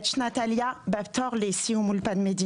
כמובן לא ברור איפה הסתדרות המורים פה.